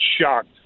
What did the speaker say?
shocked